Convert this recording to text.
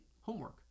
Homework